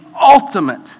ultimate